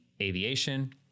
aviation